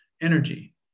energy